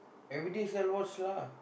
everyday lah